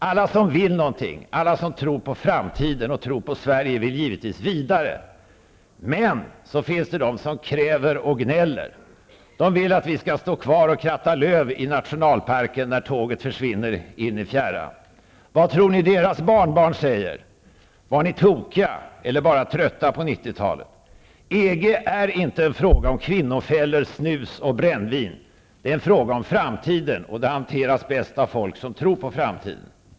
Alla som vill något, alla som tror på framtiden och tror på Sverige, vill givetvis vidare. Men det finns de som kräver och gnäller. De vill att vi skall stå kvar och kratta löv i nationalparken när tåget försvinner in i fjärran. Vad tror ni att deras barnbarn säger? ''Var ni tokiga, eller var ni bara trötta på 90-talet?'' EG är inte en fråga om kvinnofällor, snus och brännvin. EG är en fråga om framtiden, och den hanteras bäst av folk som tror på framtiden.